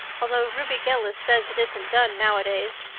although ruby gillis says it isn't done nowadays.